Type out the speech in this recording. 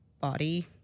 body